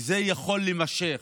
וזה יכול להימשך,